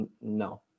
No